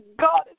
God